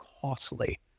costly